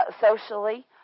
socially